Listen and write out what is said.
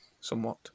somewhat